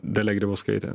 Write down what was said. dalia grybauskaitė